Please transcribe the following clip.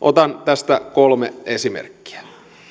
otan tästä kolme esimerkkiä